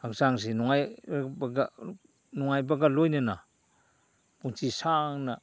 ꯍꯛꯆꯥꯡꯁꯤ ꯅꯨꯡꯉꯥꯏꯕꯒ ꯂꯣꯏꯅꯅ ꯄꯨꯟꯁꯤ ꯁꯥꯡꯅ